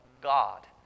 God